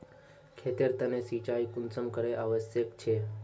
खेतेर तने सिंचाई कुंसम करे आवश्यक छै?